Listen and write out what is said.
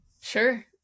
Sure